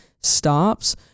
stops